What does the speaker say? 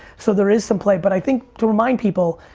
so there is some play but i think to remind people,